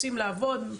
רוצים לעבוד,